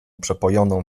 przepojoną